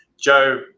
Joe